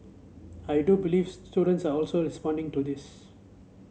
and I do believe students are also responding to this